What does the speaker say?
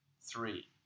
three